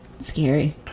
Scary